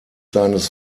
seines